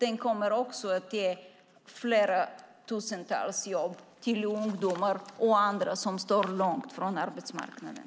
Den kommer också att ge tusentals jobb till ungdomar och andra som står långt från arbetsmarknaden.